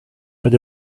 but